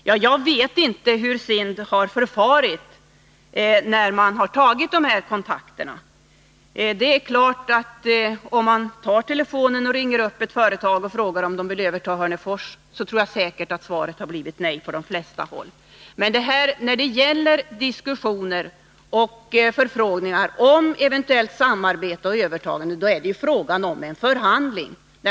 Jag vet inte hur SIND har förfarit när man tog kontakt. Om man tar telefonen och ringer upp ett företag och frågar om företaget vill överta Hörnefors, så är det klart att svaret blir nej på de flesta håll. Men när det gäller diskussioner beträffande förfrågningar om eventuellt samarbete och övertagande så är det ju fråga om en förhandling.